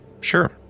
Sure